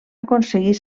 aconseguir